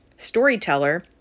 Storyteller